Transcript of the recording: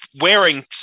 wearing